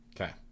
Okay